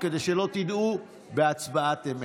כדי שנפעיל הצבעה אחת,